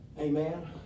Amen